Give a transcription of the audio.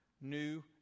new